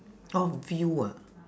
oh viu ah